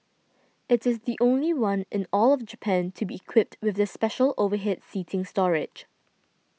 it is the only one in all of Japan to be equipped with the special overhead seating storage